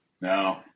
No